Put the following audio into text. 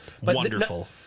Wonderful